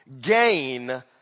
Gain